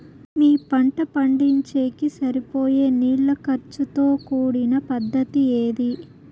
మీ పంట పండించేకి సరిపోయే నీళ్ల ఖర్చు తో కూడిన పద్ధతి ఏది?